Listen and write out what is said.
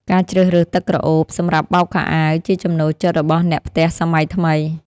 ការជ្រើសរើសទឹកក្រអូបសម្រាប់បោកខោអាវ ជាចំណូលចិត្តរបស់អ្នកផ្ទះសម័យថ្មី។